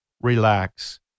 relax